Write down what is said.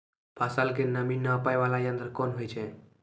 फसल के नमी नापैय वाला यंत्र कोन होय छै